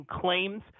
claims